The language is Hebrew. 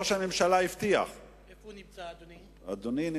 ראש הממשלה הבטיח, איפה הוא נמצא, אדוני?